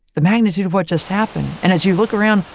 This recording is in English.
the magnitude of what just happened and as you look around,